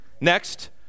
Next